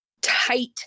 tight